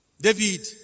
David